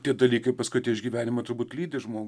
tie dalykai paskui tie išgyvenimai turbūt lydi žmo